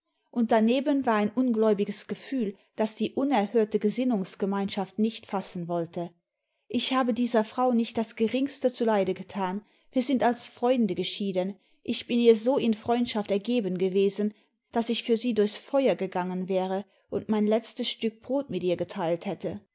und daneben war ein ungläubiges gefühl das die unerhörte gesmnungsgemeinheit nicht fassen wollte ich habe dieser frau nicht das geringste zuleide getan wir sind als freunde geschieden ich bin ihr so in freundschaft ergeben gewesen daß ich für sie durchs feuer gegangen wäre und mein letztes stück brot mit ihr geteilt hätte